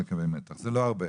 זה לא הרבה.